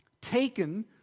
taken